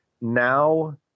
now